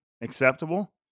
acceptable